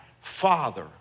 father